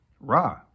Ra